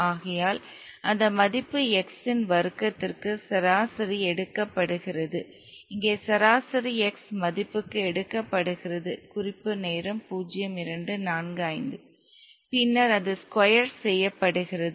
ஆகையால் அந்த மதிப்பு x இன் வர்க்கத்திற்கு சராசரி எடுக்கப்படுகிறது இங்கே சராசரி x மதிப்புக்கு எடுக்கப்படுகிறது குறிப்பு நேரம் 0245 பின்னர் அது ஸ்கொயர் செய்யப்படுகிறது